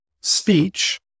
speech